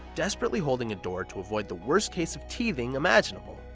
desperately holding a door to avoid the worst case of teething imaginable.